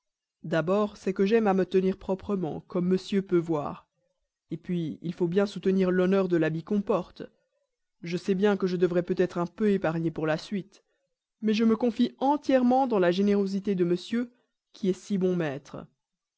d'abord c'est que j'aime à me tenir proprement comme monsieur peut voir puis qu'il faut bien soutenir l'honneur de l'habit qu'on porte je sais bien que je devrais peut-être un peu épargner pour la suite mais je me confie entièrement dans la générosité de monsieur qui est si bon maître